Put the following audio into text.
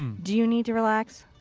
do you need to relax?